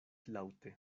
laŭte